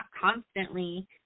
constantly